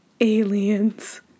Aliens